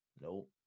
Nope